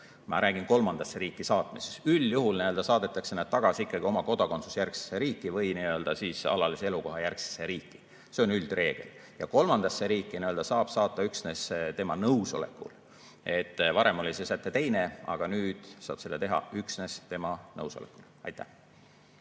Ma räägin kolmandasse riiki saatmisest. Üldjuhul saadetakse nad tagasi oma kodakondsusjärgsesse riiki või alalise elukoha järgsesse riiki. See on üldreegel. Kolmandasse riiki saab saata üksnes tema nõusolekul. Varem oli see säte teine, aga nüüd saab seda teha üksnes tema nõusolekul. Aitäh,